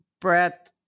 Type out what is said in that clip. Brett